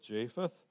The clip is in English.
Japheth